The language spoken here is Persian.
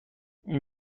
این